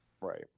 Right